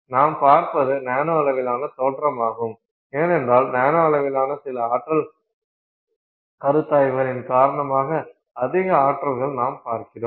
நாம் பார்ப்பது நானோ அளவிலான தோற்றமாகும் ஏனென்றால் நானோ அளவிலான சில ஆற்றல் கருத்தாய்வுகளின் காரணமாக அதிக ஆற்றல்கள் நாம் பார்க்கிறோம்